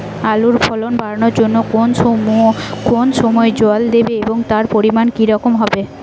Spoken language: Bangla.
আলুর ফলন বাড়ানোর জন্য কোন কোন সময় জল দেব এবং তার পরিমান কি রকম হবে?